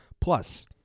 Plus